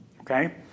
okay